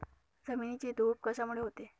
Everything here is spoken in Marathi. जमिनीची धूप कशामुळे होते?